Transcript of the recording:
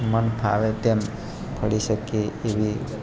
મનફાવે તેમ ફરી શકીએ એવી